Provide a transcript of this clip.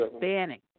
banning